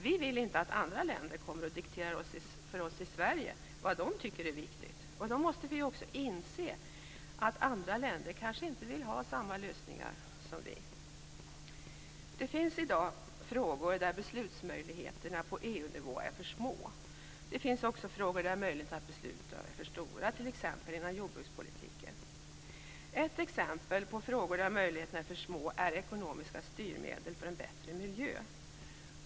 Vi vill inte att andra länder kommer och dikterar för oss i Sverige vad de tycker är viktigt, och då måste vi också inse att andra länder kanske inte vill ha samma lösningar som vi. Det finns i dag frågor där beslutsmöjligheterna på EU-nivån är för små. Det finns också frågor där möjligheterna att besluta är för stora, t.ex. inom jordbrukspolitiken. Ett exempel på frågor där möjligheterna är för små är ekonomiska styrmedel för en bättre miljö.